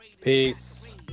peace